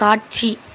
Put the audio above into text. காட்சி